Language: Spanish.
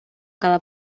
cada